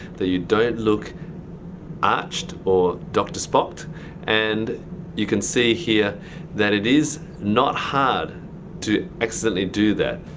that you don't look arched or dr. spock'd and you can see here that it is not hard to excellently do that.